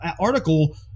article